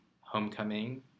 homecoming